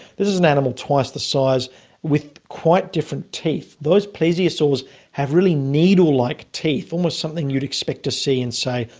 this is an animal twice the size with quite different teeth. those plesiosaurs have really needle-like teeth, almost something you'd expect to see in, say,